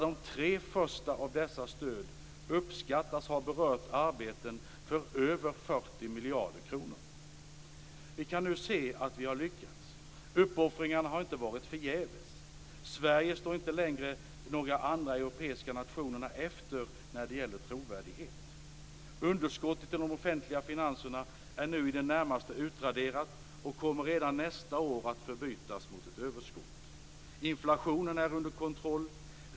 De tre första av dessa stöd uppskattas tillsammans ha berört arbeten för över 40 miljarder kronor. Vi kan nu se att vi har lyckats. Uppoffringarna har inte varit förgäves. Sverige står inte längre några andra europeiska nationer efter när det gäller trovärdighet. Underskottet i de offentliga finanserna är nu i det närmaste utraderat och kommer redan nästa år att förbytas i ett överskott. Inflationen är under kontroll.